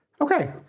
Okay